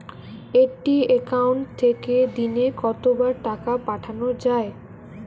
একটি একাউন্ট থেকে দিনে কতবার টাকা পাঠানো য়ায়?